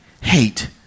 hate